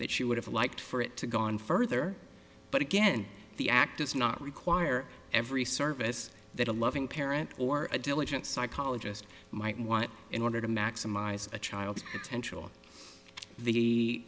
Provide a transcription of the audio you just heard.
that she would have liked for it to gone further but again the act is not require every service that a loving parent or a diligent psychologist might want in order to maximize a child's potential the